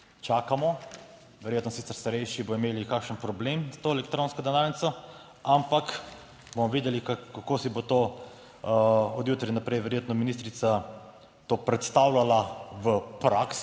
Čakamo, verjetno sicer starejši bodo imeli kakšen problem s to elektronsko denarnico, ampak bomo videli, kako si bo to od jutri naprej verjetno ministrica to predstavljala v praksi,